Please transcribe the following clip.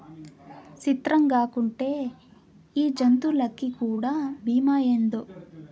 సిత్రంగాకుంటే ఈ జంతులకీ కూడా బీమా ఏందో